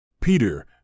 Peter